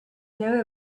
know